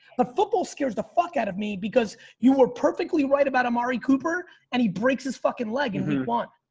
but football scares the fuck out of me because you were perfectly right about amari cooper and he breaks his fucking leg in week one.